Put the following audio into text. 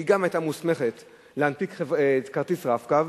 שהיא גם היתה מוסמכת להנפיק כרטיס "רב-קו",